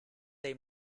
dei